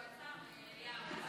לרשותך עשר